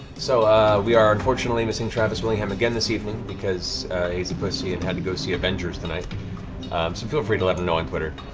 so we are unfortunately missing travis willingham again this evening, because he's a pussy and had to go see avengers tonight, um so feel free to let him know on twitter.